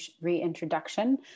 reintroduction